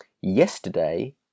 Yesterday